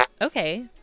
Okay